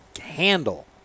handle